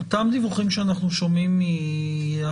אותם דיווחים שאנחנו שומעים מהחברות,